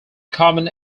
common